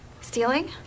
Stealing